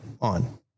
on